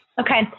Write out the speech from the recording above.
Okay